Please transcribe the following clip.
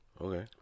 Okay